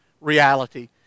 reality